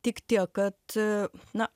tik tiek kad na